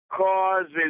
causes